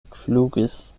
ekflugis